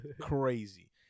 crazy